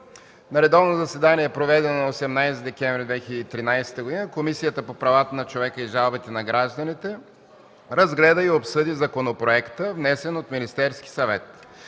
На редовно заседание, проведено на 18 декември 2013 г., Комисията по правата на човека и жалбите на гражданите разгледа и обсъди Законопроекта за изменение